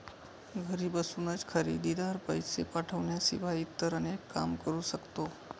घरी बसूनच खरेदीदार, पैसे पाठवण्याशिवाय इतर अनेक काम करू शकतो